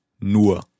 nur